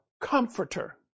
comforter